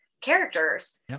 characters